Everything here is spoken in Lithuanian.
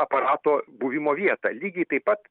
aparato buvimo vietą lygiai taip pat